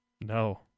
No